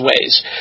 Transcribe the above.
ways